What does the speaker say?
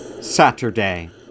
Saturday